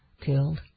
killed